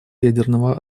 ядерного